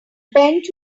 bench